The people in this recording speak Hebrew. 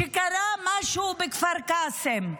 שקרה משהו בכפר קאסם.